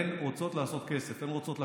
הן רוצות לעשות כסף, הן רוצות לקוחות.